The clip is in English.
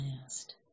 last